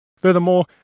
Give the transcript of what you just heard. Furthermore